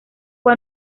fue